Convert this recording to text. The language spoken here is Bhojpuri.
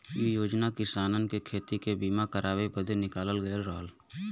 इ योजना किसानन के खेती के बीमा करावे बदे निकालल गयल रहल